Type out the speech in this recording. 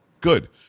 Good